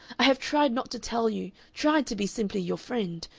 i have tried not to tell you tried to be simply your friend.